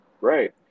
Right